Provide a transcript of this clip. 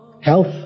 Health